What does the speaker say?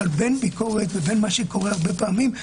אבל בין ביקורת לבין מה שקורה הרבה פעמים,